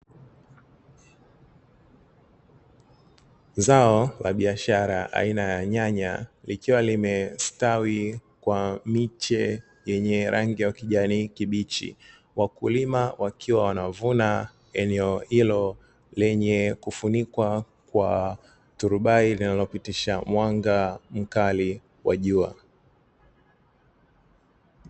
Zao la biashara aina ya nyanya, likiwa limestawi kwa miche yenye rangi ya kijani kibichi. Wakulima wakiwa wanavuna eneo hilo, lenye kufunikwa kwa turubai linalopitisha mwanga mkali wa jua.